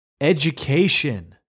Education